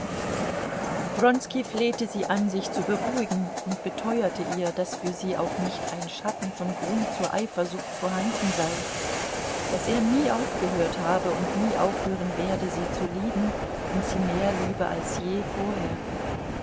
wronski flehte sie an sich zu beruhigen und beteuerte ihr daß für sie auch nicht ein schatten von grund zur eifersucht vorhanden sei daß er nie aufgehört habe und nie aufhören werde sie zu lieben und sie mehr liebe als je vorher